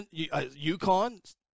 UConn